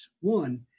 one